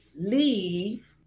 leave